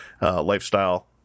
lifestyle